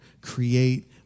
create